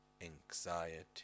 anxiety